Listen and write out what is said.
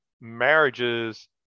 marriages